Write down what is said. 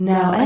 Now